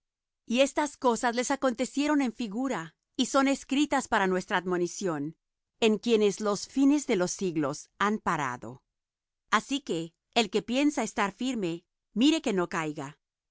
y estas cosas les acontecieron en figura y son escritas para nuestra admonición en quienes los fines de los siglos han parado así que el que piensa estar firme mire no caiga